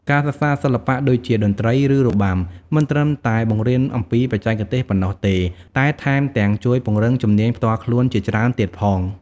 ការសិក្សាសិល្បៈដូចជា តន្ត្រី ឬរបាំ មិនត្រឹមតែបង្រៀនអំពីបច្ចេកទេសប៉ុណ្ណោះទេ តែថែមទាំងជួយពង្រឹងជំនាញផ្ទាល់ខ្លួនជាច្រើនទៀតផង។